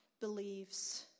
believes